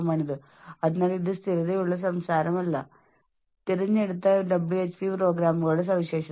കാരണം അടുത്തതായി എന്താണ് സംഭവിക്കാൻ പോകുന്നത് എന്നതിനെക്കുറിച്ച് നിങ്ങൾ വളരെ ആശങ്കാകുലരാണ്